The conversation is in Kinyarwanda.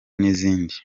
n’izindi